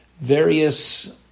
various